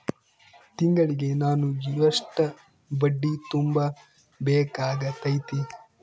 ತಿಂಗಳಿಗೆ ನಾನು ಎಷ್ಟ ಬಡ್ಡಿ ತುಂಬಾ ಬೇಕಾಗತೈತಿ?